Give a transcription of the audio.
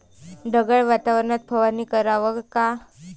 ढगाळ वातावरनात फवारनी कराव का?